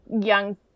young